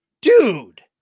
dude